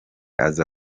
aza